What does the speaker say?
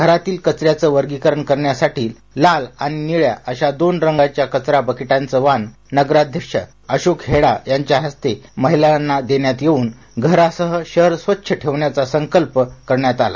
घरातील कचऱ्याच वर्गीकरण करण्यासाठी लाल आणि निळ्या अशा दोन रंगाच्या कचरा बकेटांच वाण नगराध्यक्ष अशोक हेडा यांच्या हस्ते महिलांना देण्यात येऊन घरासह शहर स्वच्छ ठेवण्याचा संकल्प करण्यात आला